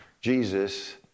Jesus